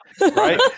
right